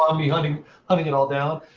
um me hunting hunting it all down.